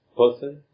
person